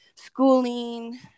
schooling